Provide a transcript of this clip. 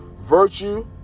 Virtue